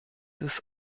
ist